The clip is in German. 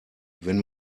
wenn